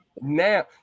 now